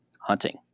hunting